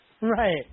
Right